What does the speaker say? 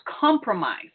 compromise